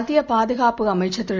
மத்தியபாதுகாப்புஅமைச்சர்திரு